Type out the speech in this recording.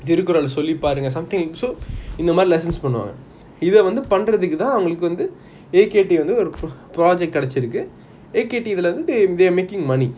திருக்குறள் சொல்லி பாருங்க:thirrukural solli paarunga something so இந்த மாறி:intha maari lessons பண்ணுவாங்க இது வந்து பண்றதுக்கு தான் அவங்களுக்கு வந்து அஎகெய்ட்ய் கெடைச்சி இருக்கு இத்தலத்து:panuvanga ithu vanthu panrathuku thaan avangaluku vanthu ayekeytey kedaichi iruku ithulanthu they're making money